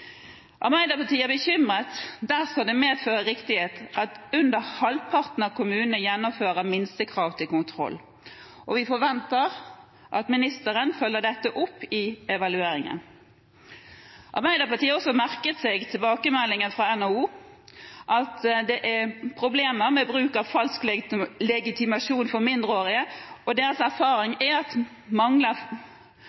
Arbeiderpartiet er bekymret dersom det medfører riktighet at under halvparten av kommunene gjennomfører minstekrav til kontroll, og vi forventer at ministeren følger dette opp i evalueringen. Arbeiderpartiet har også merket seg tilbakemeldingen fra NHO om at det er problemer med bruk av falsk legitimasjon blant mindreårige. Deres erfaring er at det mangler